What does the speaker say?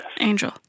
Angel